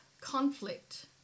conflict